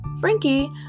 Frankie